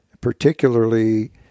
particularly